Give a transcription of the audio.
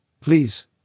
please